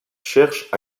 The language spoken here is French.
cherchent